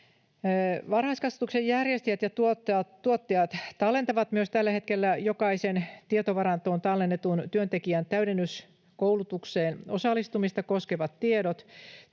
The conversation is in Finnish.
Varhaiskasvatuksen järjestäjät ja tuottajat tallentavat tällä hetkellä myös jokaisen tietovarantoon tallennetun työntekijän täydennyskoulutukseen osallistumista koskevat tiedot.